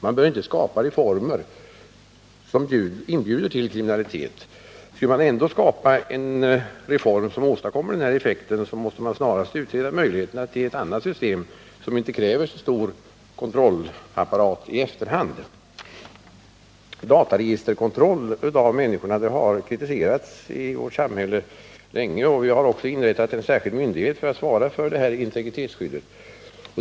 Man bör inte skapa reformer som inbjuder till kriminalitet. Vill man genomföra en reform med önskad effekt, måste man snarast utreda möjligheterna att få till stånd ett annat system som inte kräver så stor kontrollapparat i efterhand. Dataregisterkontroll av människorna har kritiserats i vårt samhälle länge. Vi har också inrättat en särskild myndighet för att svara för integritetsskyddet i datasammanhang.